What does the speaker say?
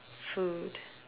food